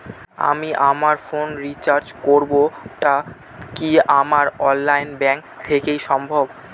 আমি আমার ফোন এ রিচার্জ করব টা কি আমার অনলাইন ব্যাংক থেকেই সম্ভব?